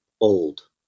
old